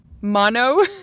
mono